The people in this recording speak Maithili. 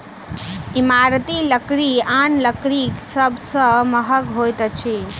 इमारती लकड़ी आन लकड़ी सभ सॅ महग होइत अछि